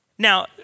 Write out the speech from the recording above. Now